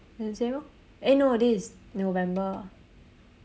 it's the same lor eh no this is november